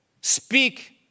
Speak